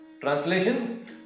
translation